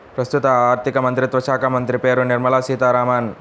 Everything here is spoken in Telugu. ప్రస్తుత ఆర్థికమంత్రిత్వ శాఖామంత్రి పేరు నిర్మల సీతారామన్